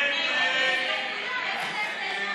יעל גרמן,